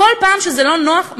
כל פעם שזה לא נוח,